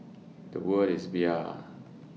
Bia